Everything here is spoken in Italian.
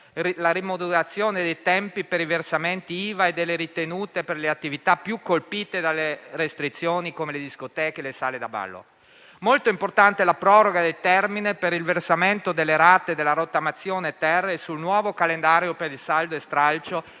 la rimodulazione dei tempi per i versamenti IVA e delle ritenute per le attività più colpite dalle restrizioni, come le discoteche e le sale da ballo. Molto importante la proroga del termine per il versamento delle rate della rottamazione-*ter* e sul nuovo calendario per il saldo e stralcio